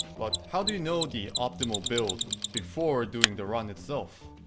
but how do you know the optimal build before doing the run itself?